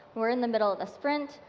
we're in the middle of a sprint,